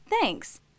thanks